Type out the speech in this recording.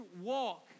walk